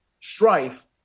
strife